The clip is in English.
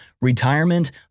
Retirement